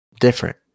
different